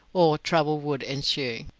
or trouble would ensue.